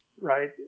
right